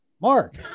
Mark